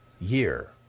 year